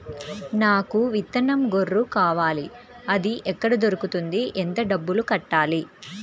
నాకు విత్తనం గొర్రు కావాలి? అది ఎక్కడ దొరుకుతుంది? ఎంత డబ్బులు కట్టాలి?